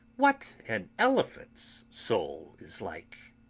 what an elephant's soul is like!